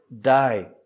die